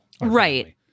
Right